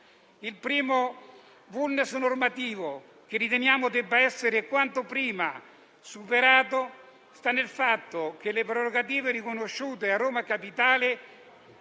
Il primo *vulnus* normativo che riteniamo debba essere quanto prima superato sta nel fatto che le prerogative riconosciute a Roma Capitale